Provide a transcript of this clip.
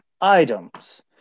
Items